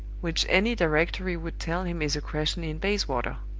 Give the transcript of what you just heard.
which any directory would tell him is a crescent in bayswater!